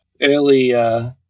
early